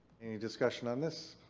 any discussion on this?